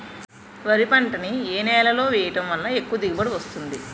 వరి పంట ని ఏ నేలలో వేయటం వలన ఎక్కువ దిగుబడి వస్తుంది?